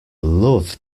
love